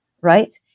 right